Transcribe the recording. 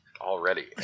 already